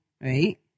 right